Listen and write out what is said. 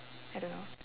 I don't know